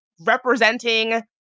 representing